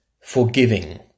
forgiving